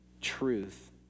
truth